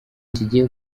kigiye